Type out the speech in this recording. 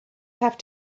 have